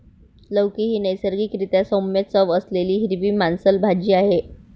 लौकी ही नैसर्गिक रीत्या सौम्य चव असलेली हिरवी मांसल भाजी आहे